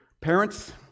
Parents